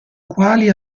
quali